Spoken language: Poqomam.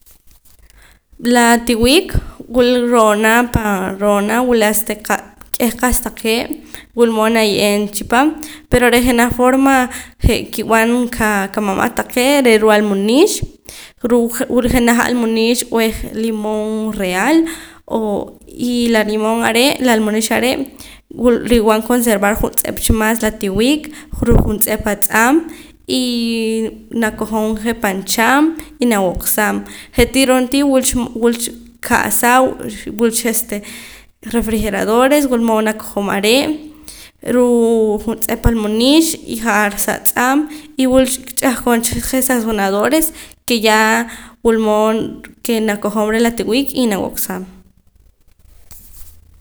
La tiwik wul ro'na pan ro'na wula este qa' k'eh qa'sa taqee' wulmood naye'em chipaam pero reh jenaj forma je' kib'an qamama' taqee' re' ruu' almunix ruu' je' wul jenaj almunix b'ej limón real o y la limón are' la almunix are' wul rib'an conservar juntz'ep cha mas la tiwik ruu' juntz'ep atz'aam y nakojom je' pan chaam y nawaqsaam je'tii roontii wulcha wulcha qa'sa wulcha este refrijeradores wulmood nakojom are' ruu' juntz'ep almunix y ja'ar sa atz'aam y wulcha ch'ahqon je' sazonadores ke yaa wulmood ke nakojom reh la tiwik y nawaqsaam